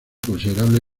considerable